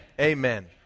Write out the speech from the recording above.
Amen